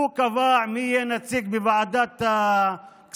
הוא קבע מי יהיה נציג בוועדת הכספים,